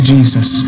Jesus